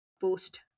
post